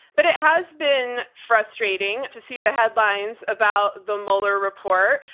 but it has been frustrating to see the headlines about the mueller report.